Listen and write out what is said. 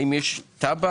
האם יש תב"ע?